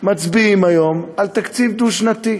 מצביעים היום על תקציב דו-שנתי.